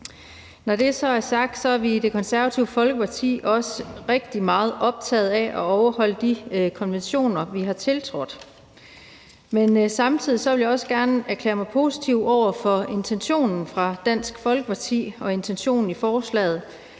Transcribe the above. Når det så er sagt, er vi i Det Konservative Folkeparti også rigtig meget optaget af at overholde de konventioner, vi har tiltrådt. Samtidig vil jeg også gerne erklære mig positiv over for intentionen hos Dansk Folkeparti og intentionen i forslaget,